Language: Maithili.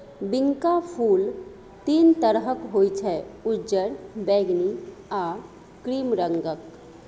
बिंका फुल तीन तरहक होइ छै उज्जर, बैगनी आ क्रीम रंगक